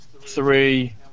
three